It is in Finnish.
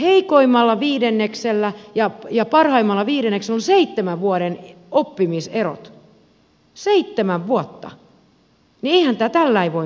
jos hyvänen aika heikoimmalla viidenneksellä ja parhaimmalla viidenneksellä on seitsemän vuoden oppimiserot seitsemän vuotta niin eihän tämä tällä lailla voi mennä